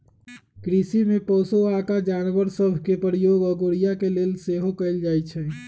कृषि में पोशौआका जानवर सभ के प्रयोग अगोरिया के लेल सेहो कएल जाइ छइ